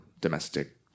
domestic